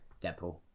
Deadpool